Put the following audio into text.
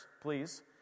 please